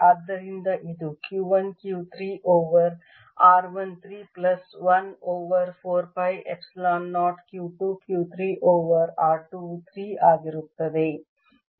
ಆದ್ದರಿಂದ ಇದು Q 1 Q 3 over r 1 3 plus 1 over 4 pi epsilon 0 Q 2 Q 3 over r 2 3 ಆಗಿರುತ್ತದೆ